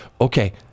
Okay